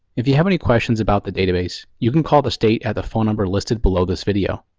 if you have any questions about the database, you can call the state at the phone number listed below this video.